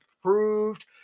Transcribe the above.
approved